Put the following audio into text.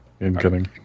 Incoming